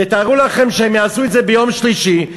תתארו לכם שהם יעשו את זה ביום שלישי,